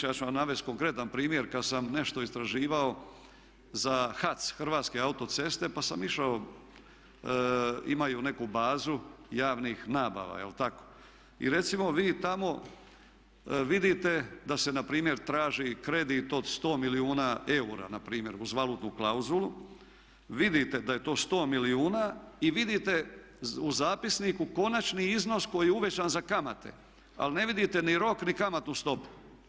Ja ću vam navesti konkretna primjer, kad sam nešto istraživao za HAC, Hrvatske autoceste pa sam išao, imaju neku bazu javnih nabava i recimo vi tamo vidite da se npr. traži kredit od 100 milijuna eura npr. uz valutnu klauzulu, vidite da je to 100 milijuna i vidite u zapisniku konačni iznos koji je uvećan za kamate ali ne vidite ni rok ni kamatnu stopu.